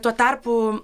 tuo tarpu